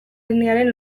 etniaren